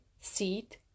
seed